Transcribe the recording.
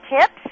tips